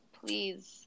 Please